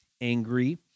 angry